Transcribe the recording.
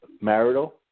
marital